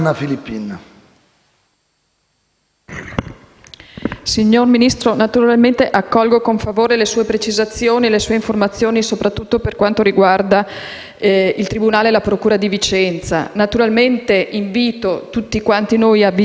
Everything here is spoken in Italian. Signor Ministro, accolgo con favore le sue precisazioni e informazioni, soprattutto per quanto riguarda il tribunale e la procura di Vicenza. Naturalmente invito tutti noi a vigilare sulla corretta